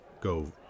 go